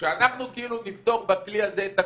הוא לא כרעם ביום בהיר נופל על הוועדה הזאת.